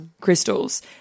crystals